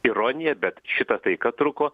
ironija bet šita taika truko